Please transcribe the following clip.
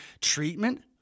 treatment